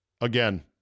Again